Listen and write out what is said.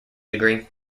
degree